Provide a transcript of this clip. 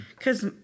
Cause